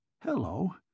Hello